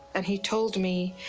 and he told me,